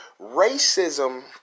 racism